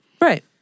Right